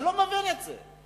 אני לא מבין את זה.